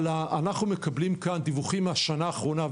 אנחנו מקבלים כאן דיווחים מהשנה האחרונה,